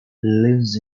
lives